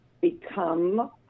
become